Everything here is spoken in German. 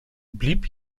blieb